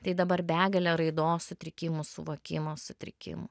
tai dabar begalė raidos sutrikimų suvokimo sutrikimų